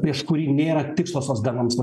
prieš kurį nėra tikslo socdemams